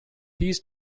these